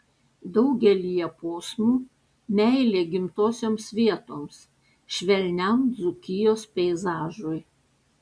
daugelyje posmų meilė gimtosioms vietoms švelniam dzūkijos peizažui